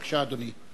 בבקשה, אדוני.